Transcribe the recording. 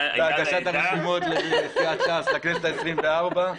בהגשת הרשימות לסיעת ש"ס לכנסת ה-24.